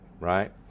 right